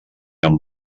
amb